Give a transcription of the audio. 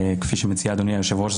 כפי שמציע אדוני היושב-ראש,